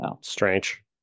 Strange